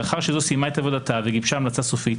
לאחר שזו סיימה את עבודתה וגיבשה המלצה סופית,